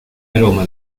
aroma